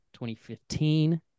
2015